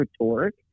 rhetoric